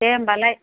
दे होनबालाय